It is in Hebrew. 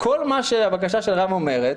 כל מה שהבקשה של רם אומרת